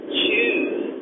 choose